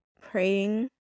praying